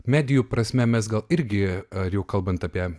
medijų prasme mes gal irgi ar jau kalbant apie